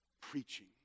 Preaching